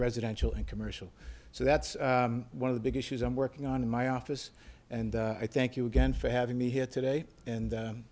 residential and commercial so that's one of the big issues i'm working on in my office and i thank you again for having me here today and